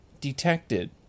detected